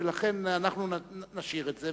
ולכן אנחנו נשאיר את זה.